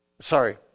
sorry